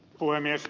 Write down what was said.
puhemies